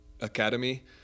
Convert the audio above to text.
academy